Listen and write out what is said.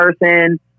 person